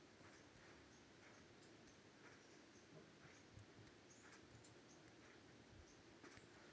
कर्जासाठी कोण पात्र ठरु शकता?